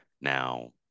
Now